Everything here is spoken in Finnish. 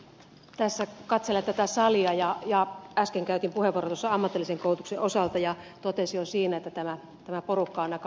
tässä katselen tätä salia ja kun äsken käytin puheenvuoron ammatillisen koulutuksen osalta totesin jo siinä että tämä porukka on aika harvalukuinen